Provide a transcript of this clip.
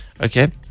Okay